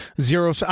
zero